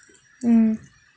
mm